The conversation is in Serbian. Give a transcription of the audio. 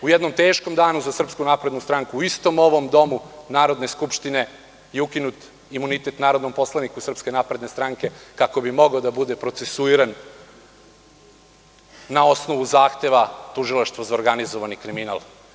U jednom teškom danu za SNS u istom ovom domu Narodne skupštine je ukinut imunitet narodnom poslaniku SNS kako bi mogao da bude procesuiran na osnovu zahteva tužilaštva za organizovani kriminal.